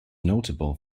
notable